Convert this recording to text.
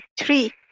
three